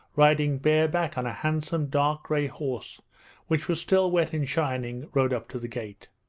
riding bareback on a handsome dark-grey horse which was still wet and shining, rode up to the gate.